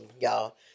y'all